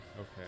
Okay